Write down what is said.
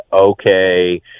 Okay